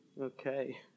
Okay